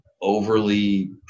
overly